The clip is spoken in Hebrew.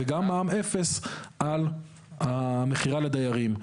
וגם מע"מ אפס על המכירה לדיירים.